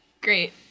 Great